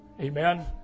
Amen